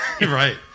Right